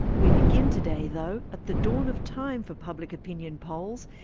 we begin today though at the dawn of time for public opinion polls,